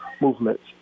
movements